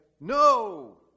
no